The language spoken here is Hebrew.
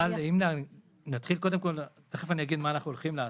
אני תכף אגיד מה אנחנו הולכים לעשות,